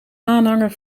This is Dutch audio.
aanhanger